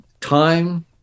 time